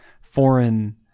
foreign